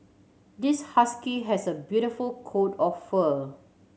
this husky has a beautiful coat of fur